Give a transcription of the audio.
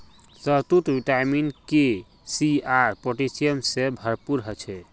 शहतूत vitamin K, C आर potassium से भरपूर ह छे